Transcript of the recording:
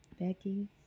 becky